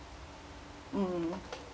mm